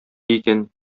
икән